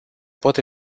pot